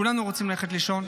כולנו רוצים ללכת לישון.